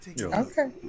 okay